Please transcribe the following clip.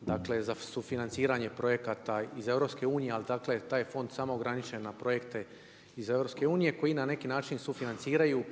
dakle za sufinanciranje projekata iz EU-a ali dakle, taj fond samo ograničen na projekte iz EU-a koji na neki način sufinanciraju